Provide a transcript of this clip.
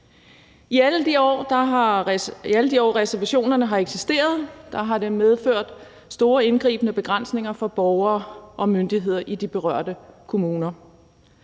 I alle de år, reservationerne har eksisteret, har det medført store, indgribende begrænsninger for borgere og myndigheder i de berørte kommuner.